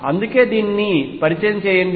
అందుకే దీన్ని పరిచయం చేయండి